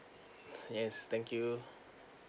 yes thank you